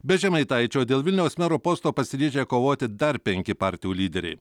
be žemaitaičio dėl vilniaus mero posto pasiryžę kovoti dar penki partijų lyderiai